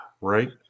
Right